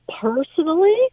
Personally